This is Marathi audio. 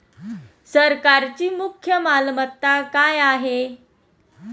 सरकारची मुख्य मालमत्ता काय आहे?